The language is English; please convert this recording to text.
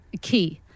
Key